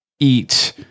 eat